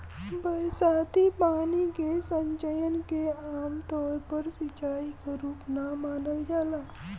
बरसाती पानी के संचयन के आमतौर पर सिंचाई क रूप ना मानल जाला